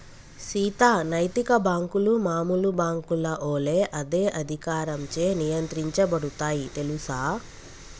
సీత నైతిక బాంకులు మామూలు బాంకుల ఒలే అదే అధికారంచే నియంత్రించబడుతాయి తెల్సా